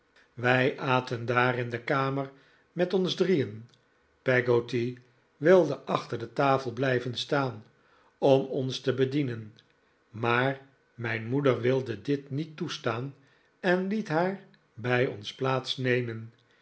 wij aten daar in de kamer met ons drieen peggotty wilde achter de tafel blijven staan om ons te bedienen maar mijn moeder wilde dit niet toestaan en liet haar bij ons